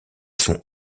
son